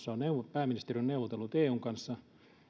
pääministeri on neuvotellut eun kanssa